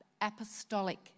apostolic